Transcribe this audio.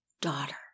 daughter